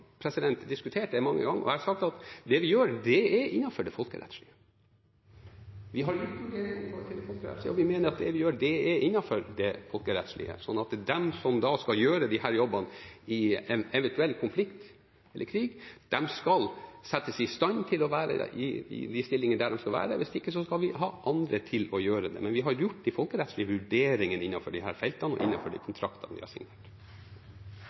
diskutert det mange ganger. Jeg har sagt at det vi gjør, er innenfor det folkerettslige. Vi har gjort vurderinger i forhold til det folkerettslige, og vi mener at det vi gjør, er innenfor det folkerettslige. Så de som skal gjøre disse jobbene i en eventuell konflikt eller krig, skal settes i stand til å være i de stillingene de skal være i, eller så skal vi ha andre til å gjøre det. Men vi har gjort de folkerettslige vurderingene innenfor disse feltene og innenfor de kontraktene vi har signert.